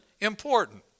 important